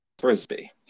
frisbee